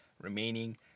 remaining